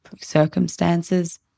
circumstances